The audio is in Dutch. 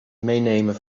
meenemen